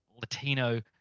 Latino